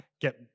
get